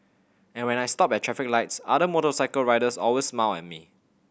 and when I stop at traffic lights other motorcycle riders always smile at me